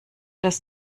dass